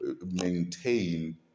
maintain